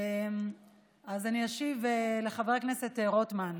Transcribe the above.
אני אשיב לחבר הכנסת רוטמן.